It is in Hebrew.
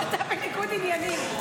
-- או להעביר כסף למחבלים, את